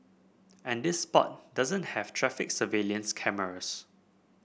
and this spot doesn't have traffic surveillance cameras